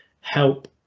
help